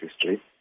history